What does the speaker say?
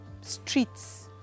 streets